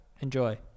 Enjoy